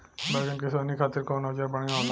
बैगन के सोहनी खातिर कौन औजार बढ़िया होला?